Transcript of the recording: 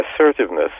assertiveness